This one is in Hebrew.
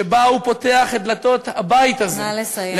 שבה הוא פותח את דלתות הבית הזה, נא לסיים.